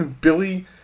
Billy